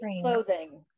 clothing